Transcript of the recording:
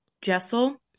Jessel